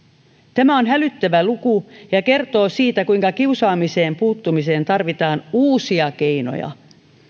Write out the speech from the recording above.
tämä on hälyttävä luku ja kertoo siitä kuinka kiusaamiseen puuttumiseen tarvitaan uusia keinoja